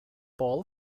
paul